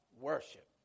worship